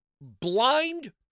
blind